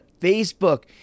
Facebook